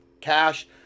cash